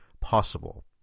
possible